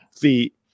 feet